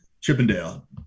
Chippendale